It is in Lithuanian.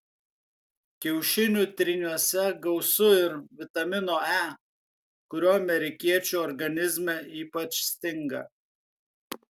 kiaušinių tryniuose gausu ir vitamino e kurio amerikiečių organizme ypač stinga